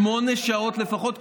שמונה שעות לפחות.